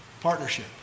Partnership